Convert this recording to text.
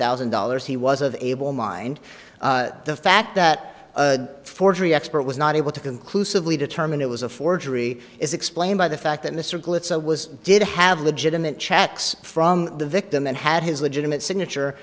thousand dollars he was of able mind the fact that a forgery expert was not able to conclusively determine it was a forgery is explained by the fact that mr glitz was did have legitimate chats from the victim and had his legitimate signature